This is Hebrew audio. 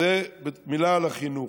זה מילה על החינוך.